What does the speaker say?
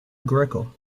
greco